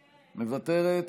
מוותרת,